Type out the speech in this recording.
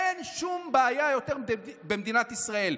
אין שום בעיה במדינת ישראל.